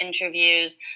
interviews